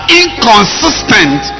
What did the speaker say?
inconsistent